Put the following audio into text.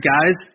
Guys